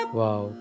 wow